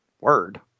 word